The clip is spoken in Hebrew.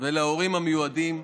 ולהורים המיועדים,